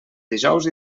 dijous